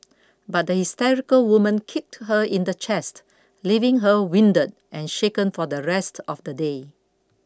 but the hysterical woman kicked her in the chest leaving her winded and shaken for the rest of the day